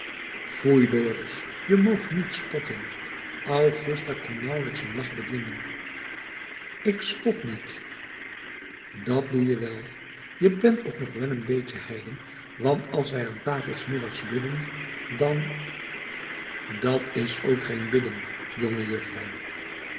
foei dorus je moogt niet spotten augusta kon nauwelijks een lach bedwingen ik spot niet dat doe je wel je bent ook nog wel een beetje heiden want als wij aan tafel s middags bidden dan dat is ook geen bidden